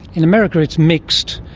in america it's mixed.